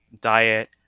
diet